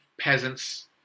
peasants